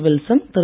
Wilson Thiru